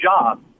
job